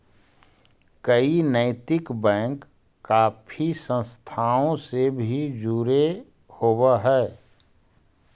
कई नैतिक बैंक काफी संस्थाओं से भी जुड़े होवअ हई